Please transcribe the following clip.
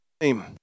name